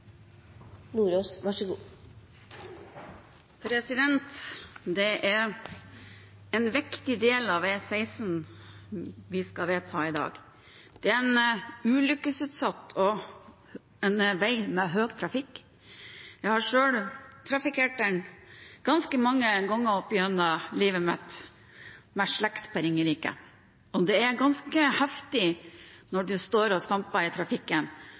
en viktig del av E16 vi skal vedta i dag. Det er en ulykkesutsatt vei og en vei med høy trafikk. Jeg har selv – med slekt på Ringerike – trafikkert den ganske mange ganger opp igjennom livet mitt, og det er ganske heftig når man står og stamper i trafikken